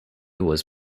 was